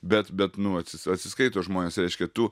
bet bet nu vat atsiskaito žmonės reiškia tu